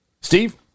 Steve